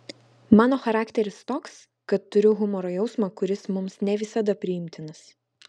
mano charakteris toks kad turiu humoro jausmą kuris mums ne visada priimtinas